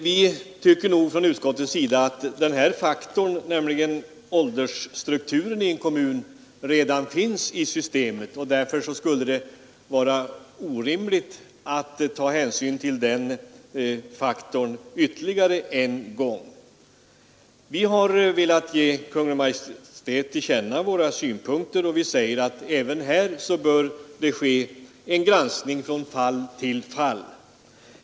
Vi anser i utskottet att faktorn åldersstrukturen i en kommun redan finns i systemet och att det därför skulle vara orimligt att ta hänsyn till denna faktor ytterligare en gång. Vi har velat ge Kungl. Maj:t till känna våra synpunkter, och vi anför att även här bör granskning ske från fall till fall.